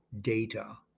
data